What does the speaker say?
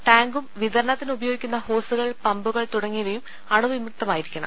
ടാങ്കും വിതരണത്തിന് ഉപയോഗിക്കുന്ന ഹോസുകൾ പമ്പുകൾ തുടങ്ങിയവയും അണുവിമുക്തമാക്കിയിരി ക്കണം